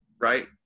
right